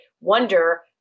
wonder